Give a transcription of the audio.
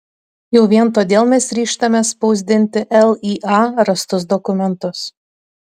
jau vien todėl mes ryžtamės spausdinti lya rastus dokumentus